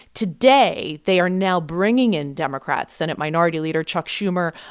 today they are now bringing in democrats. senate minority leader chuck schumer,